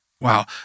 wow